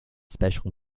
special